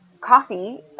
coffee